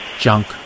Junk